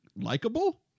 likable